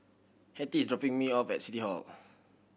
Hettie is dropping me off at City Hall